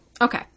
Okay